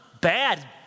bad